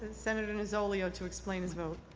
senator nozzolio to explain his vote.